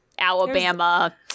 alabama